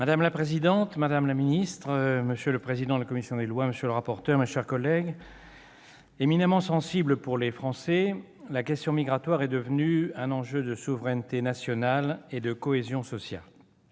Madame la présidente, madame la ministre, monsieur le président de la commission des lois, monsieur le rapporteur, mes chers collègues, éminemment sensible pour les Français, la question migratoire est devenue un enjeu de souveraineté nationale et de cohésion sociale.